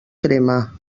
crema